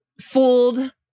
fooled